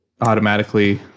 automatically